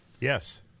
Yes